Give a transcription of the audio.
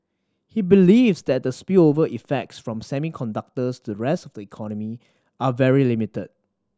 he believes that the spillover effects from semiconductors to rest of the economy are very limited